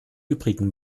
übrigen